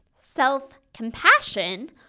Self-compassion